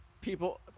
people